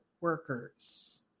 workers